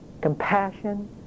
compassion